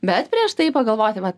bet prieš tai pagalvoti va